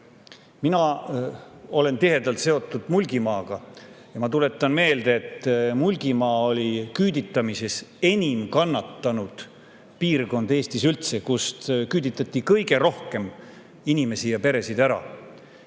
Mina olen tihedalt seotud Mulgimaaga. Ma tuletan meelde, et Mulgimaa oli küüditamise ajal enim kannatanud piirkond Eestis üldse, sealt küüditati ära kõige rohkem inimesi ja peresid.